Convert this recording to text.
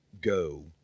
go